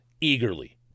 eagerly